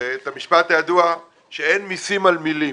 את המשפט הידוע שאין מסים על מילים.